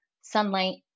sunlight